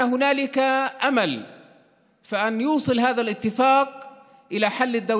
הייתה תקווה שההסכם הזה יוביל לפתרון שתי